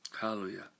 Hallelujah